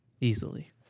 easily